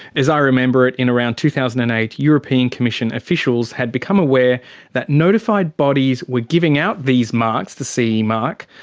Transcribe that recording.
as i remember it, in around two thousand and eight, european commission officials had become aware that notified bodies were giving out these marks, the ce mark,